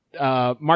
Mark